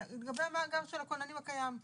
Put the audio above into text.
לגבי המאגר של הכוננים הקיים.